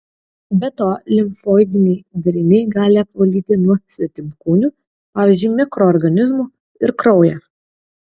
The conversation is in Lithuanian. be to limfoidiniai dariniai gali apvalyti nuo svetimkūnių pavyzdžiui mikroorganizmų ir kraują